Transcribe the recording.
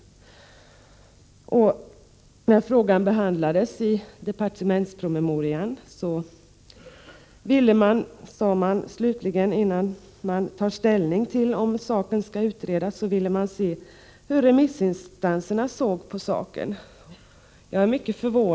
När frågan behandlades i departementspromemorian ville man innan man tog ställning till om saken skulle utredas se hur remissinstanserna såg på det.